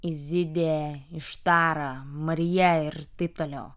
izidė ištara marija ir taip toliau